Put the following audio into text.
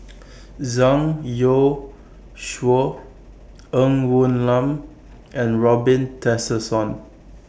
Zhang Youshuo Ng Woon Lam and Robin Tessensohn